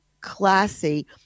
classy